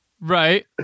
Right